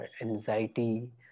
anxiety